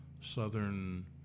Southern